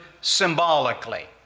symbolically